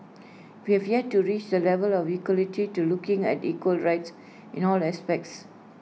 we have yet to reach the level of equality to looking at equal rights in all aspects